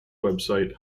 website